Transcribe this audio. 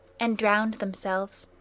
and drowned themselves.